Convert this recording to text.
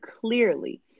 clearly